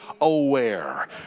aware